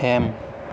M